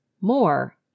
more